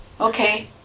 okay